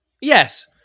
yes